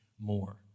more